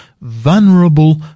vulnerable